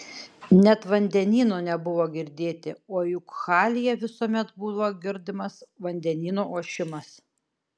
net vandenyno nebuvo girdėti o juk halyje visuomet buvo girdimas vandenyno ošimas